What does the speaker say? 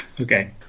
Okay